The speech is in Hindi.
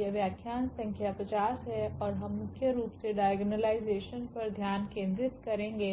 यह व्याख्यान संख्या 50 है और हम मुख्य रूप से डायगोनालायजेशन पर ध्यान केंद्रित करेंगे